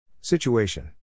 Situation